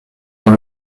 dans